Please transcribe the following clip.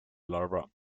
larvae